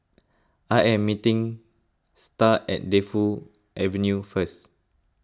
I am meeting Star at Defu Avenue first